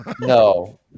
no